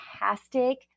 fantastic